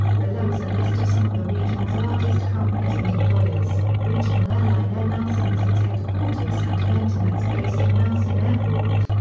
below is a list of some of the region's largest companies and employers regional airline air nelson has its headquarters and maintenance base at nelson airport.